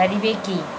ପାରିବେକି